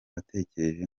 atekereje